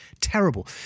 terrible